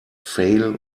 fail